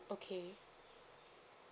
okay